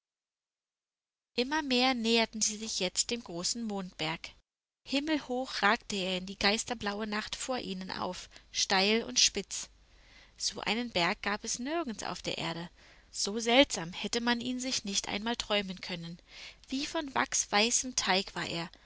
immer mehr näherten sie sich jetzt dem großen mondberg himmelhoch ragte er in die geisterblaue nacht vor ihnen auf steil und spitz so einen berg gab es nirgends auf der erde so seltsam hätte man ihn sich nicht einmal träumen können wie von wachsweißem teig war er